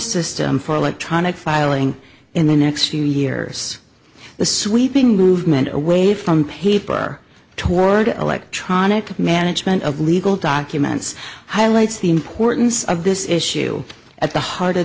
system for electronic filing in the next few years the sweeping movement away from paper toward electronic management of legal documents highlights the importance of this issue at the heart of